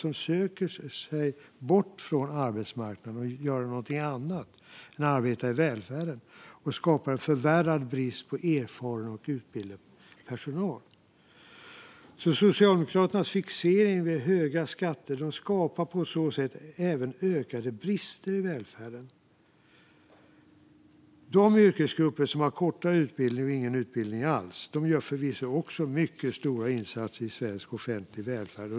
De söker sig bort från arbetsmarknaden för att göra någonting annat än att arbeta i välfärden. Det skapar en förvärrad brist på erfaren och utbildad personal. Socialdemokraternas fixering vid höga skatter skapar på så sätt även ökade brister i välfärden. De yrkesgrupper som har kortare utbildning eller ingen utbildning alls gör förvisso också mycket stora insatser i svensk offentlig välfärd.